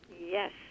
Yes